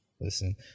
Listen